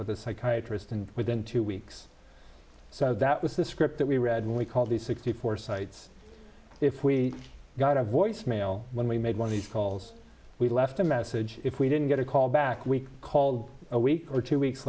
with a psychiatrist and within two weeks so that was the script that we read we called the sixty four sites if we got a voicemail when we made one of these calls we left a message if we didn't get a call back we called a week or two weeks